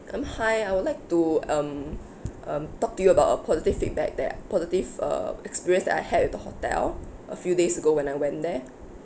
um hi I would like to um um talk to you about a positive feedback that positive uh experience that I had with the hotel a few days ago when I went there